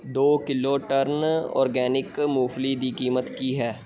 ਦੋ ਕਿੱਲੋ ਟਰਨ ਔਰਗੈਨਿਕ ਮੂੰਗਫਲੀ ਦੀ ਕੀਮਤ ਕੀ ਹੈ